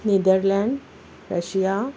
nether land Russia